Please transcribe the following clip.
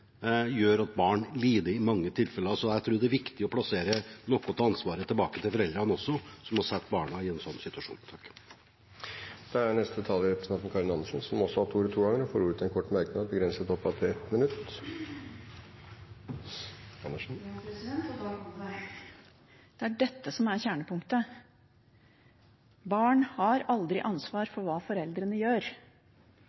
gjør at barn i mange tilfeller lider. Så jeg tror det er viktig å plassere noe av ansvaret hos foreldre som setter barna i en sånn situasjon. Representanten Karin Andersen har hatt ordet to ganger før og får ordet til en kort merknad, begrenset til 1 minutt. Da kom det, og det er dette som er kjernepunktet: Barn har aldri ansvar